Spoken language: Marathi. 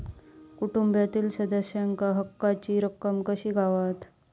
कुटुंबातील सदस्यांका हक्काची रक्कम कशी गावात?